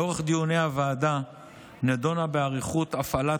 לאורך דיוני הוועדה נדונה באריכות הפעלת